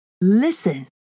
Listen